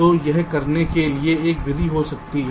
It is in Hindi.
तो यह करने के लिए एक विधि हो सकती है